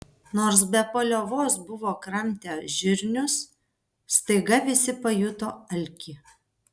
nors be paliovos buvo kramtę žirnius staiga visi pajuto alkį